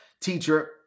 teacher